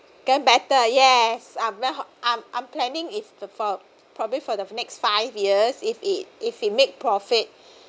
better yes I'm I'm I'm planning if the probably for the next five years if it if you make profit